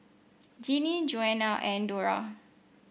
Jeanie Joanna and Dora